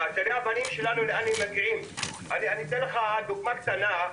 אני אתן לך דוגמה קטנה,